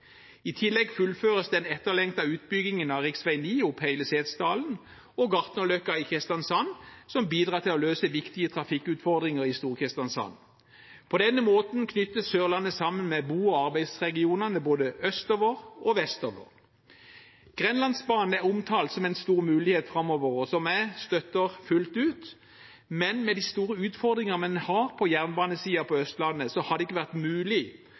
I tillegg fullføres den etterlengtede utbyggingen av rv. 9 opp hele Setesdal og Gartnerløkka i Kristiansand, som bidrar til å løse viktige trafikkutfordringer i Stor-Kristiansand. På denne måten knyttes Sørlandet sammen med bo- og arbeidsregionene både østover og vestover. Grenlandsbanen er omtalt som en stor mulighet framover, som jeg støtter fullt ut. Men med de store utfordringene man har på jernbanesiden på Østlandet, har det ikke vært mulig